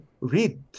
read